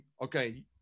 okay